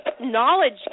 knowledge